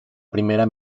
primera